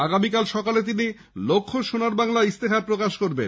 আগামীকাল সকালে তিনি লক্ষ্য সোনার বাংলা ইস্তেহার প্রকাশ করবেন